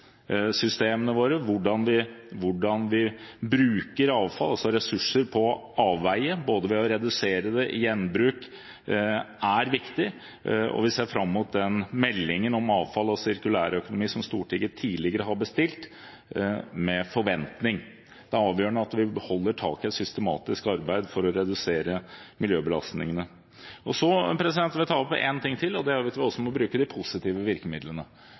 avfallssystemene våre, hvordan vi bruker avfall, å redusere ressurser på avveier og å ha gjenbruk er viktig, og vi ser fram mot den meldingen om avfall og sirkulærøkonomi som Stortinget tidligere har bestilt, med forventning. Det er avgjørende at vi beholder taket i et systematisk arbeid for å redusere miljøbelastningene. Så vil jeg ta opp en ting til, det er at vi også må bruke de positive virkemidlene.